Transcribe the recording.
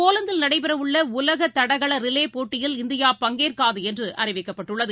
போலந்தில் நடைபெறவுள்ளஉலகதடகளரிலேபோட்டியில் இந்தியா பங்கேற்காதுஎன்றுஅறிவிக்கப்பட்டுள்ளது